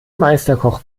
meisterkoch